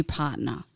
partner